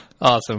Awesome